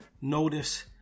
notice